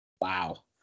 Wow